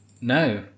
No